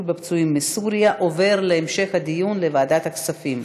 בפצועים בסוריה עובר להמשך הדיון לוועדת הכספים.